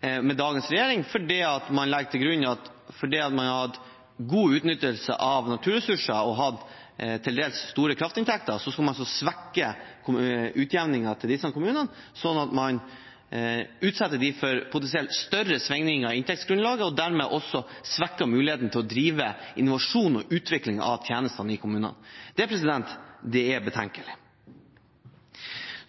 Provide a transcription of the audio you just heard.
med dagens regjering. Fordi man har lagt til grunn at de har hatt god utnyttelse av naturressurser og til dels har hatt store kraftinntekter, svekker man altså utjevningen til disse kommunene, utsetter dem for potensielt større svingninger i inntektsgrunnlaget og svekker dermed også muligheten for å drive innovasjon og utvikling av tjenestene i kommunene. Det er betenkelig.